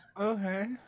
Okay